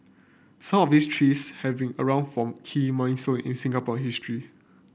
some of these trees have been around for key milestone in Singapore history